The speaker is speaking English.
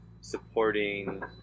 supporting